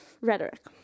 rhetoric